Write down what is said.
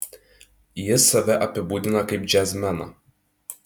jis save apibūdina kaip džiazmeną